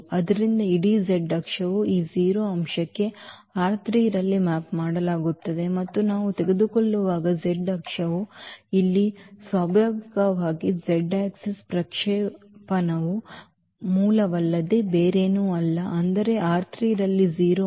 ಆದ್ದರಿಂದ ಇಡೀ z ಅಕ್ಷವನ್ನು ಈ 0 ಅಂಶಕ್ಕೆ ರಲ್ಲಿ ಮ್ಯಾಪ್ ಮಾಡಲಾಗುತ್ತದೆ ಮತ್ತು ನಾವು ತೆಗೆದುಕೊಳ್ಳುವಾಗ z ಅಕ್ಷವು ಇಲ್ಲಿ ಸ್ವಾಭಾವಿಕವಾಗಿದೆ Z ಅಕ್ಷದ ಪ್ರಕ್ಷೇಪಣವು ಮೂಲವಲ್ಲದೆ ಬೇರೇನೂ ಅಲ್ಲ ಅಂದರೆ ರಲ್ಲಿ 0 ಅಂಶ